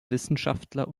wissenschaftler